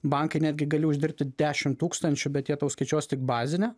bankai netgi gali uždirbti dešimt tūkstančių bet jie tau skaičiuos tik bazinę